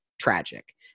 tragic